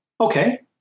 Okay